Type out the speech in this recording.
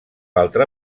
altra